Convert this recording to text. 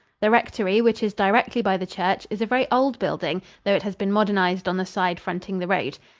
the rectory, which is directly by the church, is a very old building, though it has been modernized on the side fronting the road.